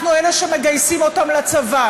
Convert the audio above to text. אנחנו אלה שמגייסים אותם לצבא,